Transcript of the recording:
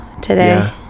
today